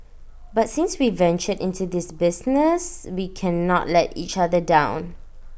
but since we ventured into this business we cannot let each other down